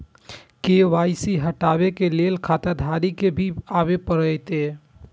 KYC हटाबै के लैल खाता धारी के भी आबे परतै?